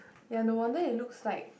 ya no wonder it looks like